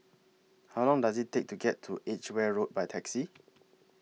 How Long Does IT Take to get to Edgeware Road By Taxi